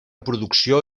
producció